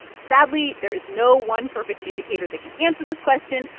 sadly, there is no one perfect indicator that can answer this question,